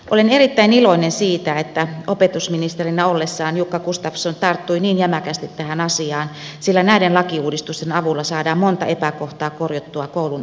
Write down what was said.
olen erittäin iloinen siitä että opetusministerinä ollessaan jukka gustafsson tarttui niin jämäkästi tähän asiaan sillä näiden lakiuudistusten avulla saadaan monta epäkohtaa korjattua koulun arkitodellisuudessa